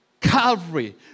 Calvary